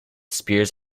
spears